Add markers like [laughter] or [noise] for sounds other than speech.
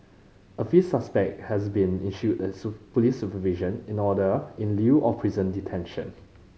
a fifth suspect has been issued a [unintelligible] police supervision in order in lieu of prison detention